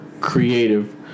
creative